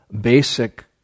basic